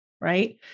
Right